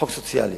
חוק סוציאלי.